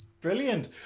Brilliant